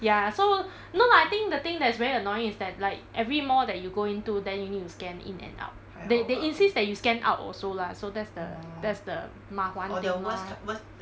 ya so no lah I think the thing that is very annoying is that like every mall that you go into then you need to scan in and out they they insist that you scan out also lah so that's the that's the ma huan thing lor